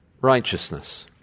righteousness